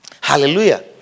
Hallelujah